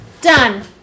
Done